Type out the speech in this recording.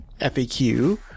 FAQ